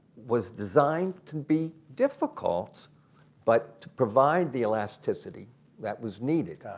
was designed to be difficult but provide the elasticity that was needed.